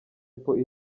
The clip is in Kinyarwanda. apple